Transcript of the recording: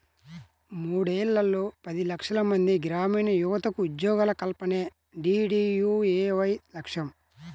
మూడేళ్లలో పది లక్షలమంది గ్రామీణయువతకు ఉద్యోగాల కల్పనే డీడీయూఏవై లక్ష్యం